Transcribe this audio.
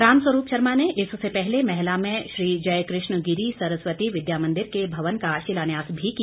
रामस्वरूप शर्मा ने इससे पहले मैहला में श्री जयकृष्ण गिरी सरस्वती विद्या मंदिर के भवन का शिलान्यास भी किया